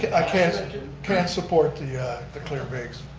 i can't can't support the the clear bags.